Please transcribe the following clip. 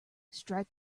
strike